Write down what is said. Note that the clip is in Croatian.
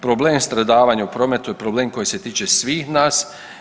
Problem stradavanja u prometu je problem koji se tiče svih nas.